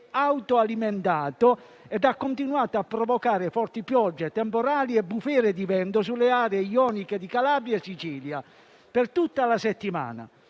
autoalimentato ed ha continuato a provocare forti piogge, temporali e bufere di vento sulle aree ioniche di Calabria e Sicilia per tutta la settimana.